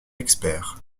experts